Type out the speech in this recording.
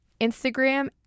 Instagram